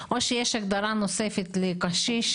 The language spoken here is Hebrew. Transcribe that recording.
או שיש הגדרה נוספת לקשיש,